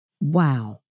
Wow